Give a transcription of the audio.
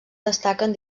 destaquen